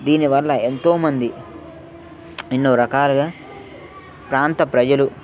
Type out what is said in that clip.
దీనివల్ల ఎంతోమంది ఎన్నో రకాలుగా ప్రాంత ప్రజలు